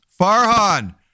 Farhan